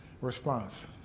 response